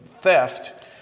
theft